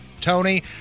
Tony